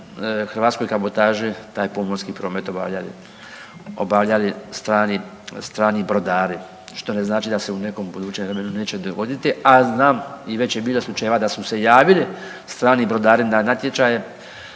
hrvatskoj kabotaži taj pomorski promet obavljali, obavljali strani, strani brodari, što ne znači da se u nekom budućem vremenu neće dogoditi, a znam i već je bilo slučajeva da su se javili strani brodari na natječaje